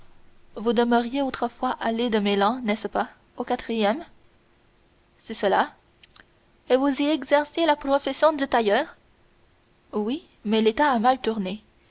vous demeuriez autrefois allées de meilhan n'est-ce pas au quatrième c'est cela et vous y exerciez la profession de tailleur oui mais l'état a mal tourné